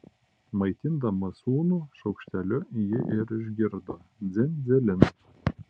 maitindama sūnų šaukšteliu ji ir išgirdo dzin dzilin